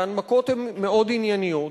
ההנמקות הן מאוד ענייניות.